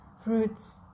fruits